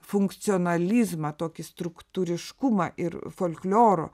funkcionalizmą tokį struktūriškumą ir folkloro